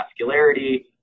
vascularity